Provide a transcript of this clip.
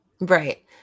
right